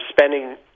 spending